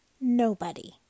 Nobody